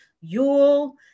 Yule